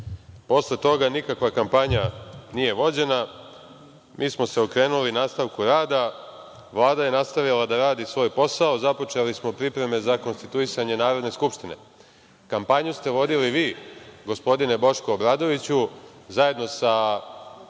Posle toga nikakva kampanja nije vođena. Mi smo se okrenuli nastavku rada. Vlada je nastavila da radi svoj posao. Započeli smo pripreme za konstituisanje Narodne skupštine. Kampanju ste vodili vi, gospodine Boško Obradoviću, zajedno sa